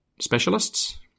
specialists